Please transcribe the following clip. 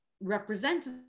represents